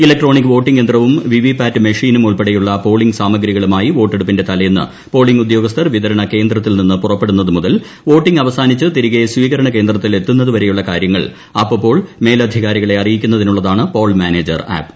electronic voting യന്ത്രവും VVPAT മെഷീനും ഉൾപ്പെടെയുള്ള പോളിംഗ് സാമ ഗ്രികളുമായി വോട്ടെടുപ്പിന്റെ തലേന്ന് പോളിൽ ് ഉദ്യോഗസ്ഥർ വിതരണ കേന്ദ്രത്തിൽ നിന്ന് പുറപ്പെടുന്നതു മുതൽ പ്ലോട്ടിംഗ് അവസാനിച്ച് തിരികെ സ്വീകരണ കേന്ദ്രത്തിലെത്തുന്നതു വ്ട്രൈയുള്ള കാര്യങ്ങൾ അപ്പപ്പോൾ മേല ധികാരികളെ അറിയിക്കുന്നതിനുള്ളതാണ് പോൾ മാനേജർ ആപ്പ്